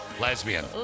Lesbian